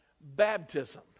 baptism